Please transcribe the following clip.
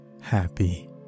happy